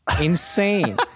insane